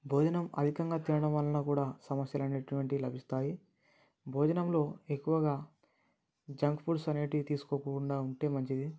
భోజనం అధికంగా తినడం వలన కూడా సమస్యల అటువంటివి లభిస్తాయి భోజనంలో ఎక్కువగా జంక్ ఫుడ్స్ అనేవి తీసుకోకుండా ఉంటే మంచిది